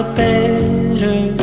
better